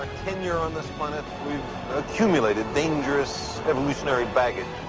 tenure on this planet, we've accumulated dangerous evolutionary baggage